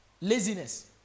Laziness